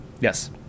Yes